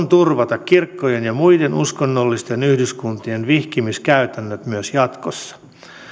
turvata kirkkojen ja muiden uskonnollisten yhdyskuntien vihkimiskäytännöt myös jatkossa